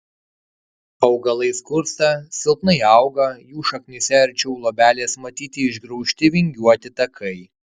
augalai skursta silpnai auga jų šaknyse arčiau luobelės matyti išgraužti vingiuoti takai